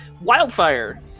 wildfire